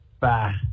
Bye